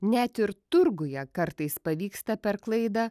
net ir turguje kartais pavyksta per klaidą